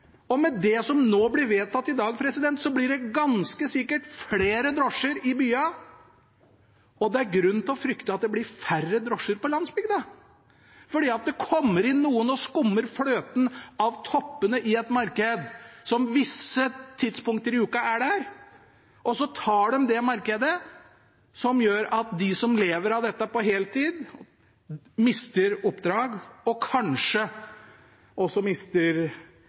Med det som blir vedtatt i dag, blir det ganske sikkert flere drosjer i byene, og det er grunn til å frykte at det blir færre drosjer på landsbygda – for det kommer inn noen og skummer fløten av toppene i markedet, som det er på visse tidspunkter i uka. De tar av markedet, noe som gjør at de som lever av dette på heltid, mister oppdrag og kanskje også